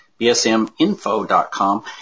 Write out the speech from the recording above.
bsminfo.com